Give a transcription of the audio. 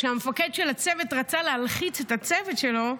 כשהמפקד של הצוות רצה להלחיץ את הצוות שלו,